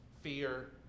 fear